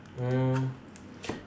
mm